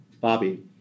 Bobby